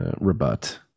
rebut